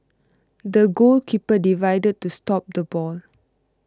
the goalkeeper dived to stop the ball